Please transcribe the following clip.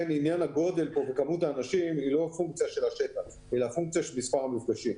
עניין הגודל וכמות האנשים הוא לא פונקציה של השטח אלא של מספר המפגשים.